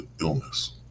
illness